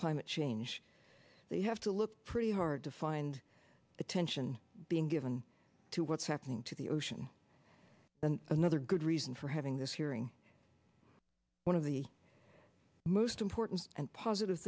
climate change they have to look pretty hard to find attention being given to what's happening to the ocean then another good reason for having this hearing one of the most important and positive